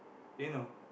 didn't know